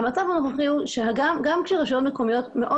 המצב הנוכחי הוא שגם כשרשויות מקומיות מאוד